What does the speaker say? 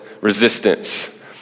resistance